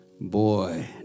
boy